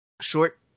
short